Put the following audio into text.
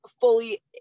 fully